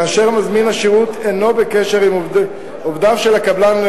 כאשר מזמין השירות אינו בקשר עם עובדיו של הקבלן,